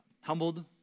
humbled